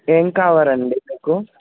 ఏం కావారండి మీకు